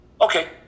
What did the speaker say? Okay